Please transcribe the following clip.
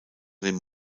dem